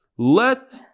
Let